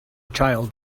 child